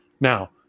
Now